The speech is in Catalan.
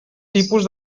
tipus